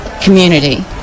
community